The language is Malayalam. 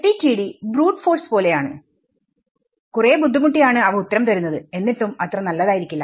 FDTD ബ്രൂട്ട് ഫോഴ്സ് പോലെയാണ് കുറെ ബുദ്ധിമുട്ടിയാണ് അവ ഉത്തരം തരുന്നത് എന്നിട്ടും അത്ര നല്ലതായിരിക്കില്ല